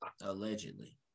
allegedly